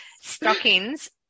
stockings